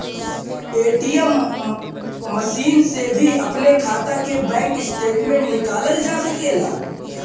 ATM machine से भी अपने खाता के बैंक स्टेटमेंट निकालल जा सकेला